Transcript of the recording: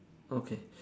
okay